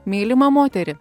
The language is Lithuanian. mylimą moterį